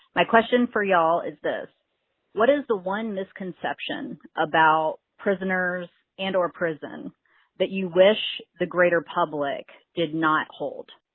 my question for y'all is this what is the one misconception about prisoners and or prison that you wish the greater public did not hold?